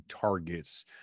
targets